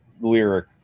lyric